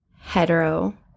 hetero